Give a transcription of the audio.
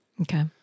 Okay